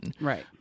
right